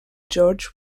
george